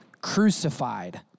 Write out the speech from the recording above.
crucified